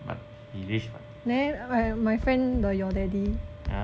but he rich [what]